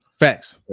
Facts